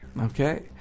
Okay